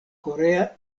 korea